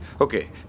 okay